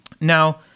Now